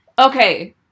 Okay